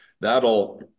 That'll